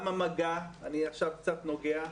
גם המגע, אני עכשיו קצת נוגע.